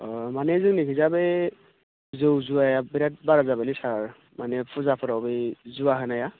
ओह माने जोंनिथिंजा बै जौ जुवाया बिराद बारा जाबायलै सार माने फुजाफ्राव बे जुवा होनाया